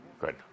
Good